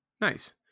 Nice